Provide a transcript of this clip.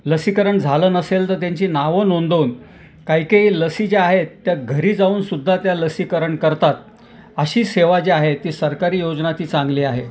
लसीकरण झालं नसेल तर त्यांची नावं नोंदवून काही काही लसी ज्या आहेत त्या घरी जाऊनसुद्धा त्या लसीकरण करतात अशी सेवा जी आहे ती सरकारी योजना ती चांगली आहे